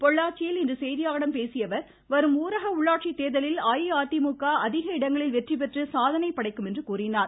பொள்ளாச்சியில் இன்று செய்தியாளர்களிடம் பேசியஅவர் வரும் ஊரக உள்ளாட்சி தேர்தலில் அஇஅதிமுக அதிக இடங்களில் வெற்றிபெற்று சாதனை படைக்கும் என்றார்